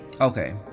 Okay